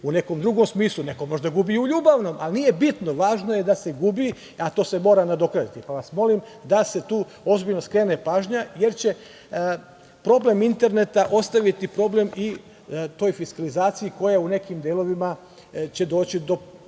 u nekom drugom smislu, neko možda gubi i u ljubavnom, ali nije bitno važno je da se gubi, a to se mora nadoknaditi. Molim vas, da se tu ozbiljno skrene pažnja jer će problem interneta ostaviti problem i toj fiskalizaciji koja u nekim delovima će doći do